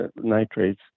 nitrates